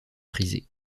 frisés